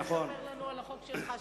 ספר לנו על החוק שלך,